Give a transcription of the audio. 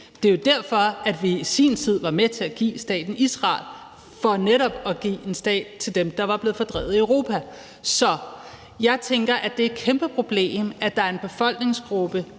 Det er jo derfor, at vi i sin tid var med til at give staten Israel til jøderne, altså for netop at give en stat til dem, der var blevet fordrevet i Europa. Så jeg tænker, at det er et kæmpeproblem, at der er en befolkningsgruppe,